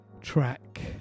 track